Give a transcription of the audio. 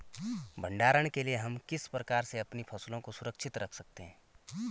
भंडारण के लिए हम किस प्रकार से अपनी फसलों को सुरक्षित रख सकते हैं?